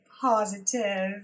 Positive